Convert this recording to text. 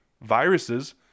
Viruses